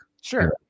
Sure